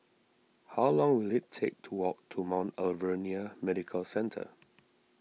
how long will it take to walk to Mount Alvernia Medical Centre